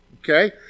okay